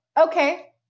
Okay